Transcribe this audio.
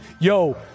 Yo